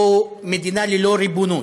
או מדינה ללא ריבונות.